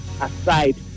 Aside